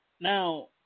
Now